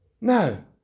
No